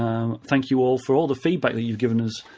um thank you all for all the feedback that you've given us.